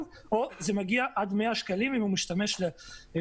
וזה יכול להגיע עד 100 שקלים אם הוא משתמש ברכבת.